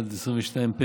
פ/361/22.